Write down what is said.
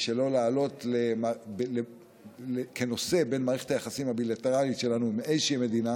להעלות כנושא במערכת היחסים הבילטרלית שלנו עם איזושהי מדינה